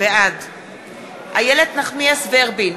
בעד איילת נחמיאס ורבין,